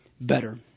better